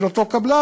של אותו קבלן,